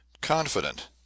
confident